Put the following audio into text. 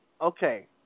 okay